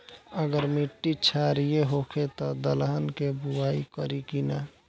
अगर मिट्टी क्षारीय होखे त दलहन के बुआई करी की न?